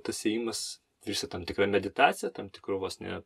tas ėjimas virsta tam tikra meditacija tam tikru vos ne